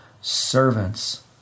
servants